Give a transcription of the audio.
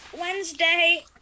Wednesday